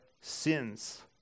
sins